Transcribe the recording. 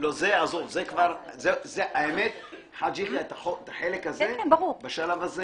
לא, חאג' יחיא, את החלק הזה בשלב הזה